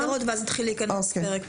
נקרא את ההגדרות, ואז נתחיל להיכנס פרק-פרק.